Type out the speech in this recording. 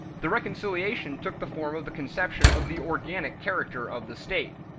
the reconciliation took the form of the conception of the organic character of the state.